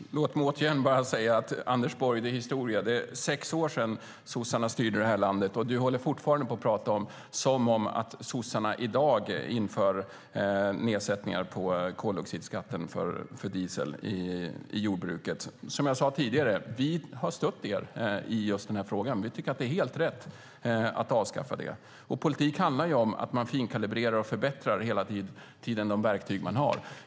Fru talman! Låt mig återigen bara säga, Anders Borg, att det är historia. Det är sex år sedan sossarna styrde det här landet, och du håller fortfarande på och pratar som om sossarna i dag inför nedsättningar på koldioxidskatten för diesel i jordbruket. Som jag sade tidigare, vi har stött er i just den här frågan. Vi tycker att det är helt rätt att avskaffa den subventionen. Politik handlar ju om att man hela tiden finkalibrerar och förbättrar de verktyg man har.